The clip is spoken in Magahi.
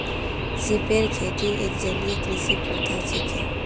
सिपेर खेती एक जलीय कृषि प्रथा छिके